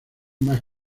más